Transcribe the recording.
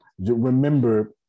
Remember